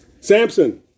Samson